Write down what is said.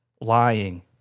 Lying